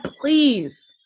please